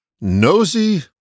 Nosy